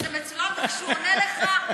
כשזה מצולם וכשהוא עונה לך,